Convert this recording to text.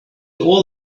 all